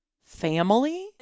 family